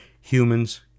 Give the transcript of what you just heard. humans